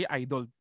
idol